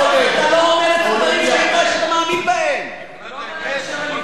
מהלחץ שאתה לא אומר את הדברים שאני יודע שאתה מאמין בהם.